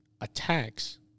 attacks